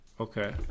Okay